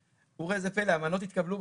וראה זה פלא המנות התקבלו,